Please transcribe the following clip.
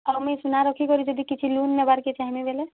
ଆର୍ ମୁଇଁ ସୁନା ରଖିକରି ଯଦି କିଛି ଲୋନ୍ ନେବାର୍ କେ ଚାହିଁମି ବେଲେ